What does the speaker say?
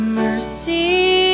mercy